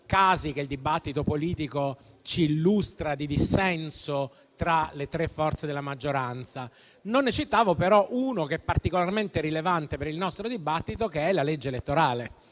Non ne citavo però uno, che è particolarmente rilevante per il nostro dibattito: la legge elettorale.